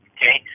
Okay